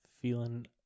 Feeling